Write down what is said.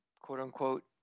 quote-unquote